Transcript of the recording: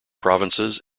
provinces